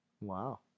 Wow